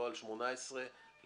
לא על 18 חודשים.